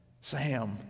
Sam